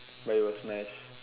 but it was nice